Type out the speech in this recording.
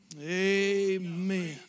Amen